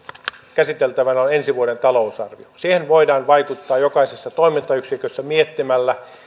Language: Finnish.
käsiteltävänä on ensi vuoden talousarvio siihen voidaan vaikuttaa jokaisessa toimintayksikössä miettimällä